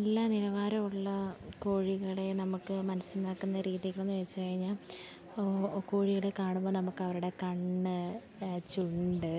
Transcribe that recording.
നല്ല നിലവാരമുള്ള കോഴികളെ നമുക്കു മനസ്സിലാക്കുന്ന രീതികളെന്നു വെച്ചു കഴിഞ്ഞാൽ കോഴികളെ കാണുമ്പോൾ നമുക്കവരുടെ കണ്ണ് ചുണ്ട്